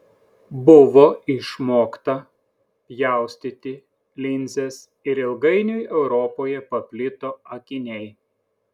buvo išmokta pjaustyti linzes ir ilgainiui europoje paplito akiniai